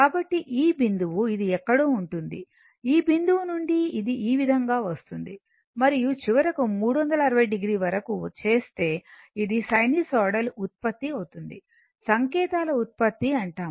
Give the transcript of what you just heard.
కాబట్టి ఈ బిందువు ఇది ఎక్కడో ఉంటుంది ఈ బిందువు నుండి ఇది ఈ విధంగా వస్తుంది మరియు చివరకు 360 o వరకు చేస్తే ఇది సైనోసోయిడల్ ఉత్పత్తి అవుతుంది సంకేతాల ఉత్పత్తి అంటాము